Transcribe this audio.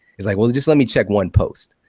it's like, well, just let me check one post.